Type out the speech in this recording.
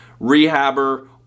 rehabber